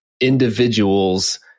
individuals